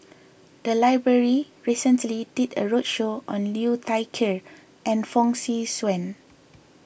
the library recently did a roadshow on Liu Thai Ker and Fong Swee Suan